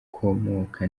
ukomoka